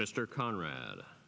mr conrad